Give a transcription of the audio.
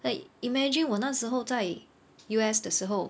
like imagine 我那时侯在 U_S 的时候